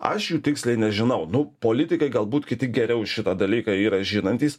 aš jų tiksliai nežinau nu politikai galbūt kiti geriau šitą dalyką yra žinantys